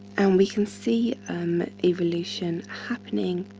and we can see um evolution happening